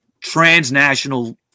transnational